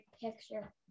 picture